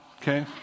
okay